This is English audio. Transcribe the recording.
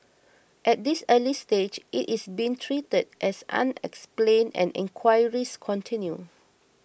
at this early stage it is being treated as unexplained and enquiries continue